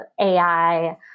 AI